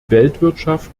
weltwirtschaft